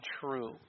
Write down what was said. true